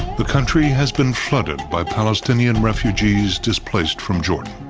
the country has been flooded by palestinian refugees displaced from jordan.